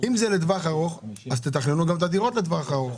אם זה לטווח ארוך אז תתכננו את הדירות לטווח ארוך,